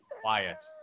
quiet